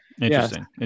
interesting